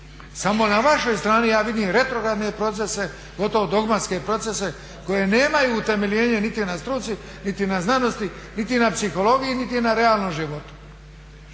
Samo na vašoj strani ja vidim retrogradne procese, gotovo dogmatske procese koje nemaju utemeljenje niti na struci, niti na znanosti, niti na psihologiji, niti na realnom životu.